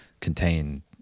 contain